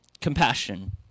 compassion